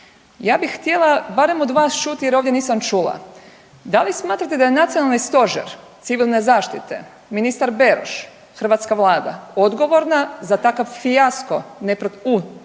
Ja bih htjela barem od vas čuti jer ovdje nisam čula, da li smatrate da je Nacionalni stožer civilne zaštite, ministar Beroš i hrvatska vlada, odgovorna za takav fijasko u